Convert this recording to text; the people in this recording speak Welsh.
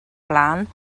blaen